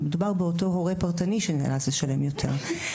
מדובר באותו הורה פרטני שנאלץ לשלם יותר.